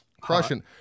crushing